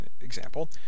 Example